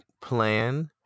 plan